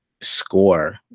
score